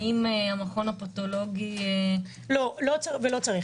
האם המכון הפתולוגי --- לא, לא צריך ולא צריך.